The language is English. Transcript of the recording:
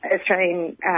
Australian